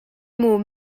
mot